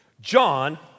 John